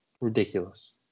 Ridiculous